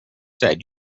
said